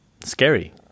scary